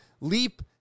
leap